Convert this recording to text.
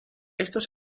estos